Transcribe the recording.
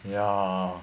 ya